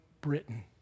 Britain